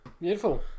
Beautiful